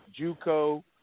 JUCO